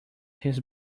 his